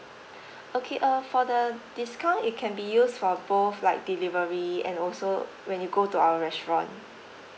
okay uh for the discount it can be used for both like delivery and also when you go to our restaurant